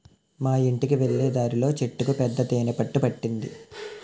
మా యింటికి వెళ్ళే దారిలో చెట్టుకు పెద్ద తేనె పట్టు పట్టింది